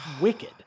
wicked